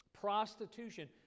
prostitution